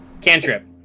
Cantrip